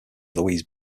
louise